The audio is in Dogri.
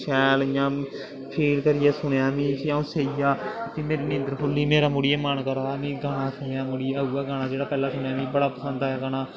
शैल इ'यां फील करियै सुनेआ मीं फ्ही अ'ऊं सेई गेआ फिर मेरी नींदर खुल्ली मेरा मुड़ियै मन करा दा में गाना सुनेआ मुड़ियै उ'ऐ गाना जेह्ड़ा पैह्लें सुनेआ मिगी बड़ा पसंद आया गाना